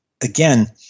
again